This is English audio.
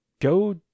Go